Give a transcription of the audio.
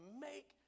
make